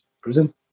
prison